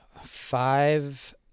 five